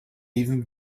even